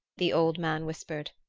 the old man whispered.